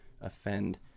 offend